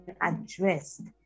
addressed